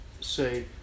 say